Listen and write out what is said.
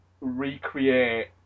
recreate